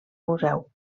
museu